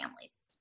families